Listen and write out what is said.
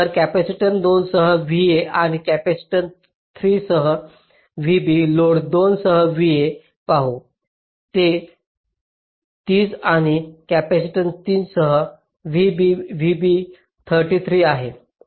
तर कॅपेसिटन्स 2 सह VA आणि कॅपेसिटन्स 3 सह VB लोड 2 सह VA पाहू ते 30 आणि कॅपेसिटन्स 3 सह VB 33 आहे